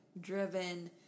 driven